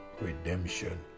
redemption